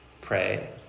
Pray